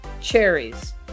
cherries